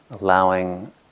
allowing